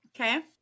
Okay